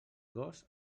gos